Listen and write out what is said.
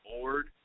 board